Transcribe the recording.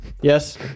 Yes